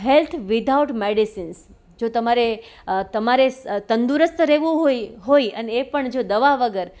health without medicines જો તમારે તમારે તંદુરસ્ત રહવું હોય હોય અને એ પણ જો દવા વગર